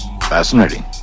Fascinating